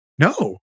No